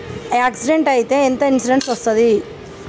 Accident అయితే ఎంత insurance వస్తది?